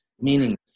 meaningless